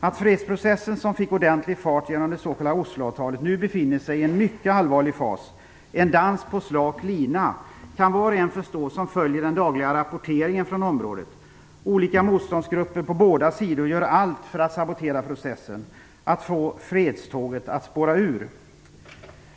Att fredsprocessen, som fick ordentlig fart genom det s.k. Oslo-avtalet, nu befinner sig i en mycket allvarlig fas, en dans på slak lina, kan var och en förstå som följer den dagliga rapporteringen från området. Olika motståndsgrupper på båda sidor gör allt för att sabotera processen, att få fredståget att spåra ur.